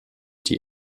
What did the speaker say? die